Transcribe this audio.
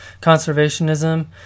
conservationism